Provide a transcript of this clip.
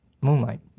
Moonlight